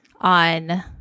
on